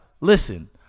listen